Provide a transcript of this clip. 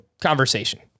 conversation